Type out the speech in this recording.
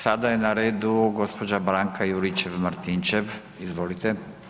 Sada je na redu gđa. Branka Juričev-Martinčev, izvolite.